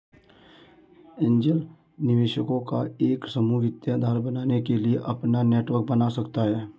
angel निवेशकों का एक समूह वित्तीय आधार बनने के लिए अपना नेटवर्क बना सकता हैं